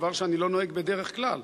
דבר שאני לא נוהג בדרך כלל.